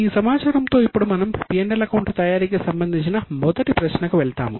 ఈ సమాచారంతో ఇప్పుడు మనం P L అకౌంట్ తయారీకి సంబంధించిన మొదటి ప్రశ్నకు వెళ్తాము